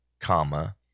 comma